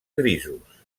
grisos